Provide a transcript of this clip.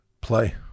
Play